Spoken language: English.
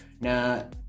Now